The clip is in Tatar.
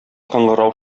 кыңгырау